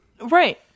Right